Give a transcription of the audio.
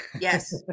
Yes